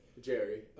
Jerry